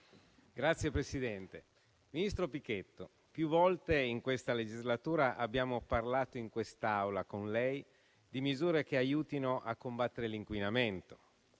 Signor Presidente, signor Ministro, più volte in questa legislatura abbiamo parlato in quest'Aula con lei di misure che aiutino a combattere l'inquinamento,